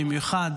במיוחד